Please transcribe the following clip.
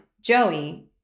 Joey